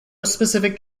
specific